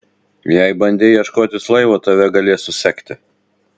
jei bandei ieškotis laivo tave galės susekti